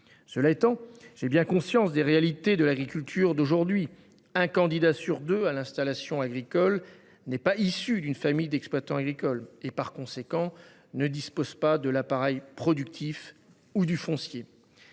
? J’ai bien conscience des réalités de l’agriculture aujourd’hui : un candidat sur deux à l’installation agricole n’est pas issu d’une famille d’exploitants agricoles et, par conséquent, ne dispose pas de l’appareil productif et du foncier